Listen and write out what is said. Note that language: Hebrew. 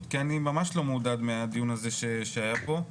כי אני ממש לא מעודד מהדיון הזה שהיה פה,